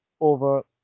over